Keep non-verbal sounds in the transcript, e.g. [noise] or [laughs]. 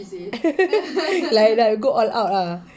[laughs] like like go all out lah